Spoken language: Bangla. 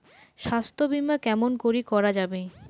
স্বাস্থ্য বিমা কেমন করি করা যাবে?